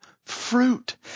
fruit